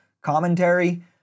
commentary